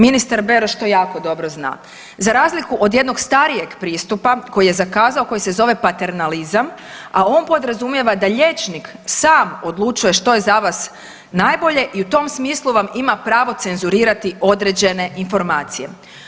Ministar Beroš to jako dobro zna za razliku od jednog starijeg pristupa koji je zakazao, koji se zove paternalizam a on podrazumijeva da liječnik sam odlučuje što je za vas najbolje i u tom smislu vam ima pravo cenzurirati određene informacije.